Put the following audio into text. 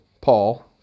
Paul